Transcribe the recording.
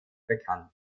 bekannt